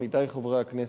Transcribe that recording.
עמיתי חברי הכנסת,